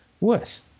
worse